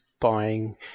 buying